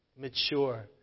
mature